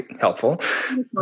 helpful